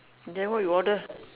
then what you order